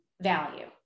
value